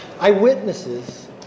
Eyewitnesses